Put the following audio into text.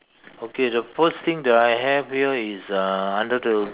okay the first thing that I have here is uh under the